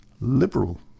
liberal